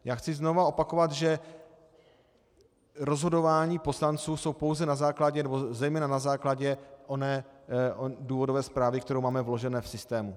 Já chci znovu opakovat, že rozhodování poslanců jsou pouze na základě, zejména na základě oné důvodové zprávy, kterou máme vloženu v systému.